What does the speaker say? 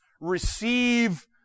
receive